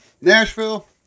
Nashville